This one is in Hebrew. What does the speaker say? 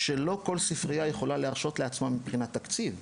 שלא כל ספריה יכולה להרשות לעצמה מבחינת תקציב.